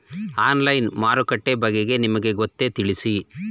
Online ಮಾರುಕಟ್ಟೆ ಬಗೆಗೆ ನಿಮಗೆ ಗೊತ್ತೇ? ತಿಳಿಸಿ?